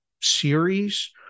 series